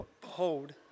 Behold